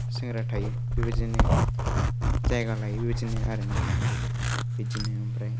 सेंग्रा थायो बेबायदिनो जायगा लायो बेबायदिनो आरोना बिदिनो आमफ्राय